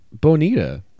Bonita